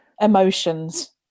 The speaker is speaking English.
emotions